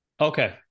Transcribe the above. Okay